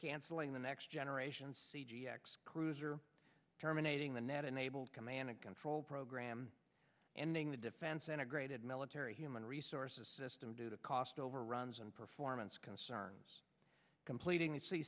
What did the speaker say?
canceling the next generation c g x cruiser terminating the net enabled command and control program ending the defense integrated military human resources system due to cost overruns and performance concerns completing